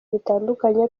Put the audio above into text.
bitandukanye